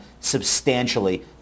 substantially